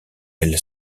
elle